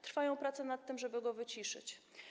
Trwają prace nad tym, żeby go wyciszyć.